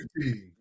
team